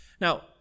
Now